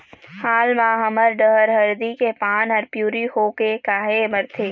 हाल मा हमर डहर हरदी के पान हर पिवरी होके काहे मरथे?